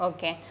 Okay